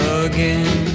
again